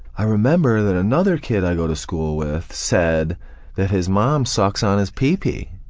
i remember that another kid i go to school with said that his mom sucks on his pee-pee,